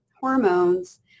hormones